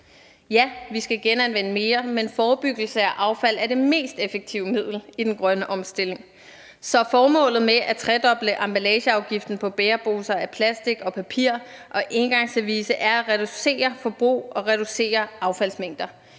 Ja, vi skal genanvende mere, men forebyggelse af affald er det mest effektive middel i den grønne omstilling, så formålet med at tredoble emballageafgiften på bæreposer af plastik og papir og engangsservice er at reducere forbrug og reducere affaldsmængder.